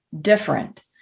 different